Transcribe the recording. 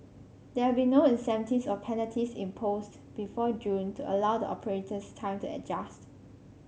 there will be no incentives or penalties imposed before June to allow the operators time to adjust